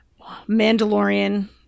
mandalorian